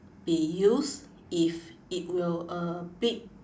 be used if it were a big